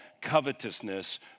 covetousness